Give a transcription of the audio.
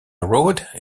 road